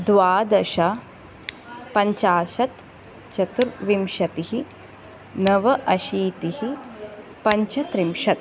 द्वादश पञ्चाशत् चतुर्विंशतिः नव अशीतिः पञ्चत्रिंशत्